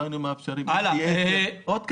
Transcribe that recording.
לא היינו מאפשרים עוד תקנים,